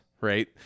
right